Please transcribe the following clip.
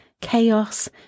chaos